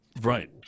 right